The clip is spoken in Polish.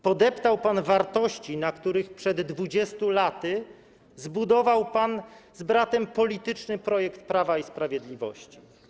Podeptał pan wartości, na których przed 20 laty zbudował pan z bratem polityczny projekt Prawa i Sprawiedliwości.